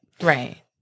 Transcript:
Right